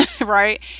Right